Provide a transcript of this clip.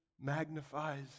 magnifies